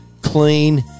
clean